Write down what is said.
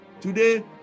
Today